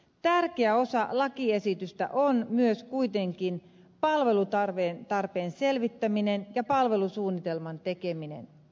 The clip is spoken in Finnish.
tärkeä osa lakiesitystä on kuitenkin myös palvelutarpeen selvittäminen ja palvelusuunnitelman tekeminen